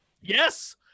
Yes